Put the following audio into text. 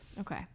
Okay